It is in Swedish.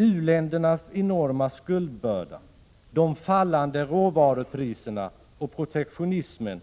U-ländernas enorma skuldbörda, de fallande råvarupriserna och protektionismen